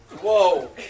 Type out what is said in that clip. Whoa